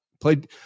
Played